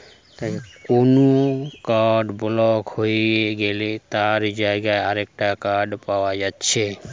কুনো card block হই গ্যালে তার জাগায় আরেকটা কার্ড পায়া যাচ্ছে